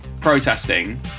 protesting